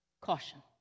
caution